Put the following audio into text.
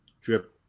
drip